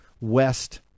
west